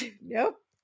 nope